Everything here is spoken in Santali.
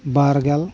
ᱵᱟᱨᱜᱮᱞ